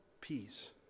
Peace